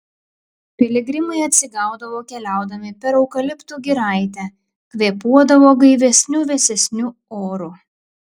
piligrimai atsigaudavo keliaudami per eukaliptų giraitę kvėpuodavo gaivesniu vėsesniu oru